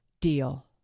deal